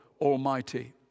Almighty